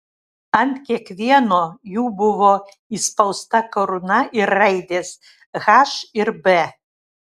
ant kiekvieno jų buvo įspausta karūna ir raidės h ir b